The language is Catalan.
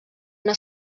una